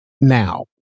Now